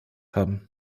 haben